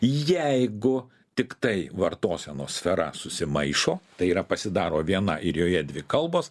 jeigu tiktai vartosenos sfera susimaišo tai yra pasidaro viena ir joje dvi kalbos